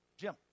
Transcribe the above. Jim